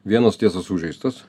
vienas tiesa sužeistas